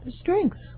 strengths